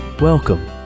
Welcome